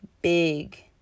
big